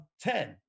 ten